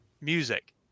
music